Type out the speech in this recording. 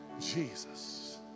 Jesus